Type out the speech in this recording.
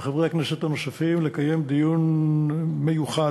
וחברי הכנסת הנוספים לקיים דיון מיוחד,